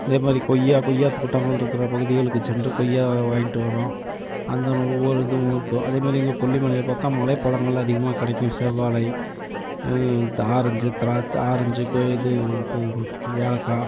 இதேமாதிரி கொய்யா கொய்யாத் தோட்டங்கள்இருக்குற பகுதிகளுக்கு சென்று கொய்யா வாங்கிட்டு வரோம் அந்தான ஒவ்வொரு இதுவும் இருக்கும் அதேமாரி இங்கே கொல்லிமலையில் பார்த்தா மலை பழங்கள் அதிகமாக கிடைக்கும் செவ்வாழை இது ஆரஞ்சு திராட்ச ஆரஞ்சு கொ இது ஏலக்காய்